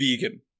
vegan